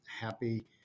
Happy